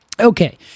Okay